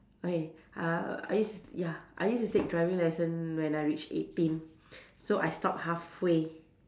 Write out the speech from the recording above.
okay uh I used ya I used to take driving licence when I reach eighteen so I stop halfway